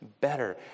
better